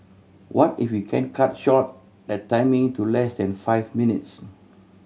what if we can cut short that timing to less than five minutes